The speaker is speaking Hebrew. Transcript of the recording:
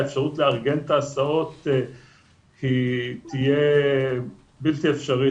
האפשרות לארגן את ההסעות תהיה בלתי אפשרית